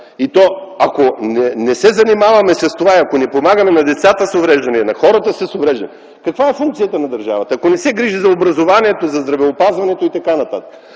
Ако не се занимаваме с това и ако не помагаме на децата с увреждания и на хората с увреждания, каква е функцията на държавата, ако не се грижи за образованието, за здравеопазването и т.н.? Тук